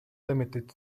limited